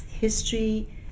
history